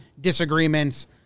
disagreements